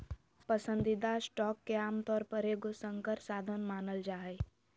पसंदीदा स्टॉक के आमतौर पर एगो संकर साधन मानल जा हइ